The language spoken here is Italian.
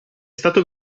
stato